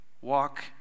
walk